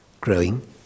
growing